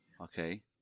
Okay